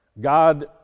God